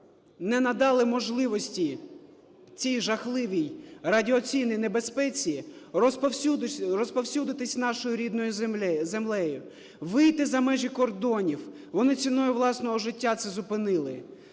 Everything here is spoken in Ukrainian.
не надали можливості цій жахливій радіаційній небезпеці розповсюдитись нашою рідною землею, вийти за межі кордонів, вони ціною власного життя це зупинили.